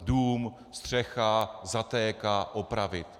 Dům, střecha, zatéká, opravit.